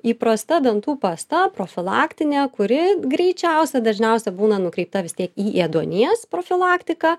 įprasta dantų pasta profilaktinė kuri greičiausia dažniausia būna nukreipta vis tiek į ėduonies profilaktiką